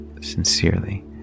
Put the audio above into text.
sincerely